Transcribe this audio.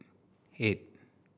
eight